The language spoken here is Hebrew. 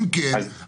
אם כן,